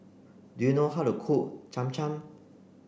do you know how to cook Cham Cham